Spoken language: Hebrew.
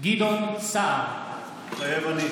גדעון סער, מתחייב אני